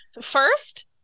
First